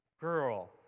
Girl